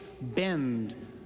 bend